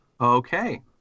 Okay